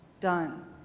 Done